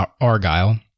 Argyle